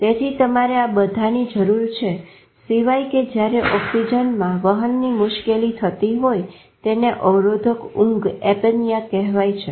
તેથી તમારે આ બધા ની જરૂર છે સિવાય કે જયારે ઓક્સિજનમાં વહનની મુશ્કેલી થતી હોય તેને અવરોધક ઊંઘ એપનિયા કહેવાય છે